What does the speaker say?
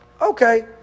okay